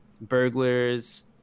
Burglars